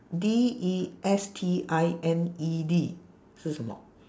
D E S T I N E D 是什么